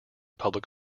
public